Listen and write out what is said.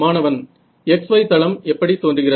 மாணவன் x y தளம் எப்படி தோன்றுகிறது